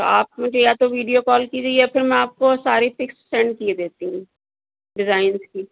تو آپ مجھے یا تو ویڈیو کال کیجیےیا پھر میں آپ کو ساری پکس سینڈ کیے دیتی ہوں ڈیزائنس کی